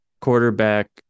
quarterback